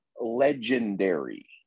legendary